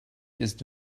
ist